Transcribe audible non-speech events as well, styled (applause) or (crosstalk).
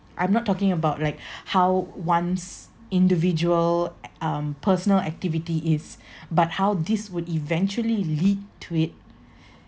I'm not talking about like (breath) how one's individual ac~ um personal activity is (breath) but how this would eventually lead to it (breath)